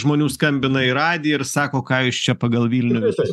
žmonių skambina į radiją ir sako ką jūs čia pagal vilnių visus